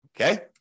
Okay